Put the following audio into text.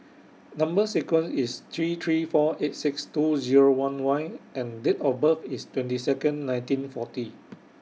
Number sequence IS three three four eight six two Zero one Y and Date of birth IS twenty Second February nineteen forty